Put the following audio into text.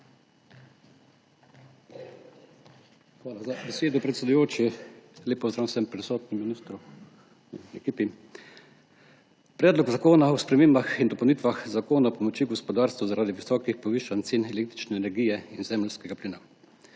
Hvala za besedo, predsedujoči. Lep pozdrav vsem prisotnim, ministru, ekipi! Predlog zakona o spremembah in dopolnitvah Zakona o pomoči gospodarstvu zaradi visokih povišanj cen električne energije in zemeljskega plina.